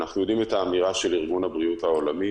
אנחנו יודעים את האמירה של ארגון הבריאות העולמי,